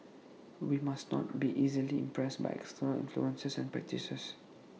we must not be easily impressed by external influences and practices